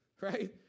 right